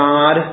God